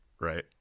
Right